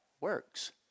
Works